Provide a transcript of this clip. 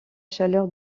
chaleur